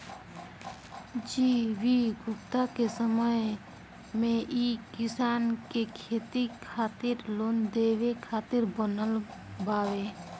G V Gupta के समय मे ई किसान के खेती खातिर लोन देवे खातिर बनल बावे